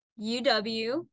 UW